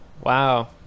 Wow